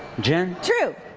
jen? true.